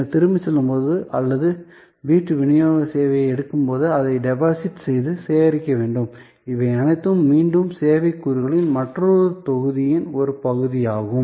நீங்கள் திரும்பிச் செல்லும்போது அல்லது வீட்டு விநியோக சேவையை எடுக்கும்போது அதை டெபாசிட் செய்து சேகரிக்க வேண்டும் இவை அனைத்தும் மீண்டும் சேவை கூறுகளின் மற்றொரு தொகுதியின் ஒரு பகுதியாகும்